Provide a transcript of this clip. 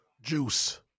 Juice